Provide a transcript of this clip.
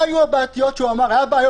היו בעיות, הוא אמר.